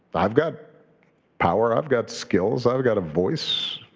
i've got power, i've got skills, i've got a voice,